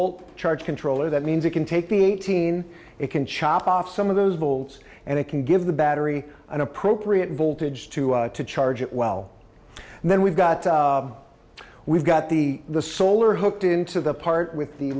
volt charge controller that means it can take the eighteen it can chop off some of those balls and it can give the battery an appropriate voltage to to charge it well and then we've got we've got the the solar hooked into the part with the